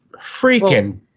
freaking